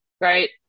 right